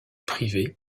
privée